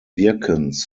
wirkens